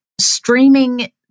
streaming